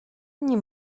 nie